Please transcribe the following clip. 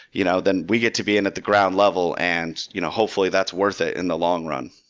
you know then we get to be in at the ground level and you know hopefully that's worth it in the long run.